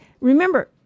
remember